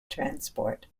transport